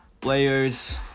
players